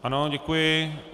Ano, děkuji.